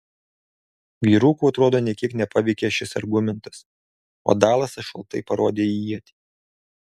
vyrukų atrodo nė kiek nepaveikė šis argumentas o dalasas šaltai parodė į ietį